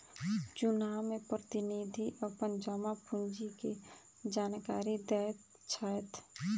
चुनाव में प्रतिनिधि अपन जमा पूंजी के जानकारी दैत छैथ